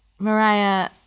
Mariah